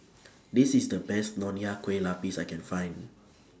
This IS The Best Nonya Kueh Lapis I Can Find